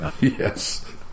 Yes